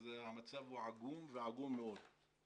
אז המצב הוא עגום ועגום מאוד,